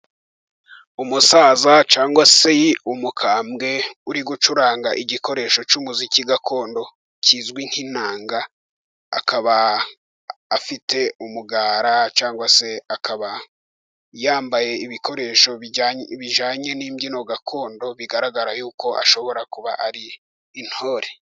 Umusaza cyangwa se umukambwe uri gucuranga igikoresho cy'umuziki gakondo kizwi nk'inanga, akaba afite umugara cyangwa se akaba yambaye ibikoresho bijyanye n'imbyino gakondo, bigaragara yuko ashobora kuba ari intore.